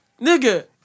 Nigga